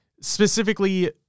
Specifically